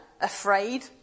afraid